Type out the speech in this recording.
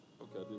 Okay